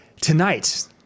Tonight